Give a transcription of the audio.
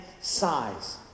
size